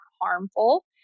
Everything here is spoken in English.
harmful